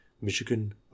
michigan